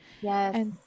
Yes